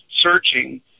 searching